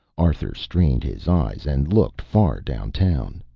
arthur strained his eyes and looked far down-town.